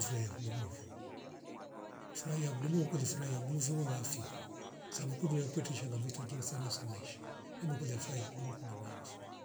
Vraiya kudunuafo frahia kudumo ukweli frahia guluzo ulafi saa vukundu yankwete shanga mvo chinki sana samaisha imekulia furahia ya kumbu kundu duniani fo